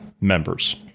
members